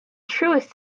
truest